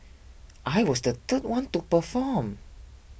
I was the third one to perform